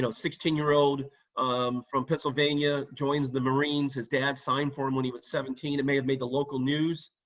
um sixteen year old from pennsylvania joins the marines. his dad signed for him when he was seventeen. it may have made the local news.